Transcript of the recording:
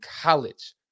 college